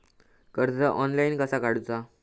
कर्ज ऑनलाइन कसा काडूचा?